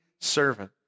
servant